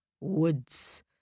woods